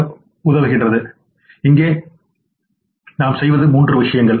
எனவே இங்கே நாம் செய்வது மூன்று விஷயங்கள்